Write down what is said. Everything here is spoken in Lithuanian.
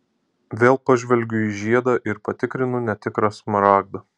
vėl pažvelgiu į žiedą ir patrinu netikrą smaragdą